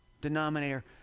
denominator